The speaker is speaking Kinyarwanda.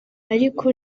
ariko